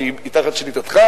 שהיא תחת שליטתך,